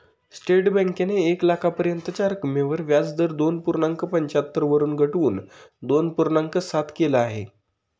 state बँकेने एक लाखापर्यंतच्या रकमेवर व्याजदर दोन पूर्णांक पंच्याहत्तर वरून घटवून दोन पूर्णांक सात केल आहे